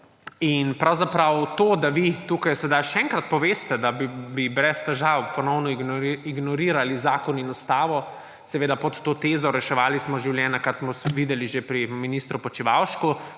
Ljubljana. To, da vi tukaj sedaj še enkrat poveste, da bi brez težav ponovno ignorirali zakon in ustavo, seveda pod tezo »reševali smo življenja«, kar smo videli že pri ministru Počivalšku,